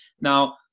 Now